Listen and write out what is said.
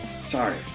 Sorry